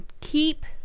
keep